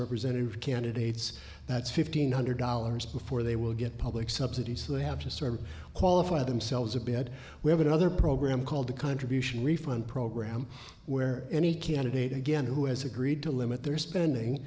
representative candidates that's fifteen hundred dollars before they will get public subsidies they have to serve qualify themselves a bed we have another program called the contribution refund program where any candidate again who has agreed to limit their spending